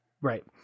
Right